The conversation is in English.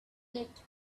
let